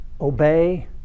obey